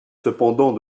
cependant